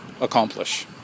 accomplish